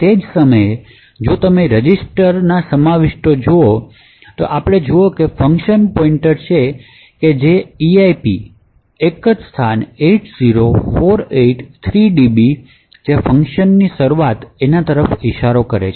તે જ સમયે જો તમે રજિસ્ટર સમાવિષ્ટો જોવા આપણે જુઓ કે function પોઇન્ટર છે કે EIP એક સ્થાન 80483db જે ફંકશનની શરૂઆત તરફ ઇશારો કરે છે